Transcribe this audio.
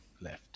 left